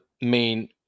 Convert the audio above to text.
main